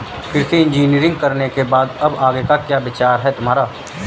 कृषि इंजीनियरिंग करने के बाद अब आगे का क्या विचार है तुम्हारा?